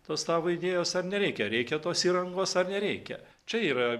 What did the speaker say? tos tavo idėjos ar nereikia reikia tos įrangos ar nereikia čia yra